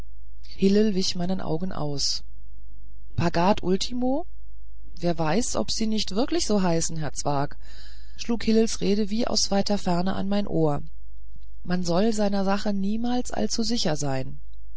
hillel wich meinen augen aus pagad ultimo wer weiß ob sie nicht wirklich so heißen herr zwakh schlug hillels rede wie aus weiter ferne an mein ohr man soll seiner sache niemals allzu sicher sein